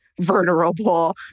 vulnerable